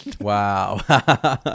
Wow